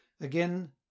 Again